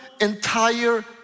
entire